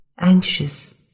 Anxious